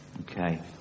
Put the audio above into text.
okay